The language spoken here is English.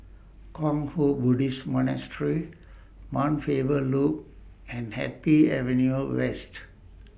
Kwang Hua Buddhist Monastery Mount Faber Loop and Happy Avenue West